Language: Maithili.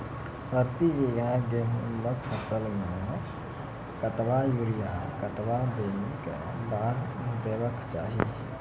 प्रति बीघा गेहूँमक फसल मे कतबा यूरिया कतवा दिनऽक बाद देवाक चाही?